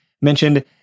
mentioned